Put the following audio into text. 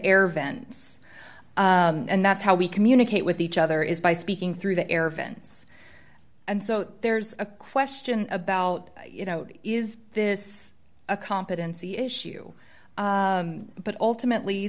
air vents and that's how we communicate with each other is by speaking through the air vents and so there's a question about you know is this a competency issue but ultimately